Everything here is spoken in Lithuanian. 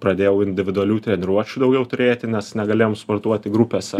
pradėjau individualių treniruočių daugiau turėti nes negalėjom sportuoti grupėse